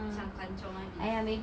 macam kanchiong habis